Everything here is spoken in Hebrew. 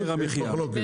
כשיש מחלוקת.